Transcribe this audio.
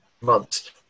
months